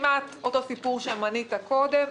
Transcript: כמעט אותו סיפור שתיארת קודם,